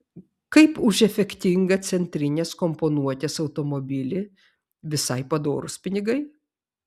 kaip už efektingą centrinės komponuotės automobilį visai padorūs pinigai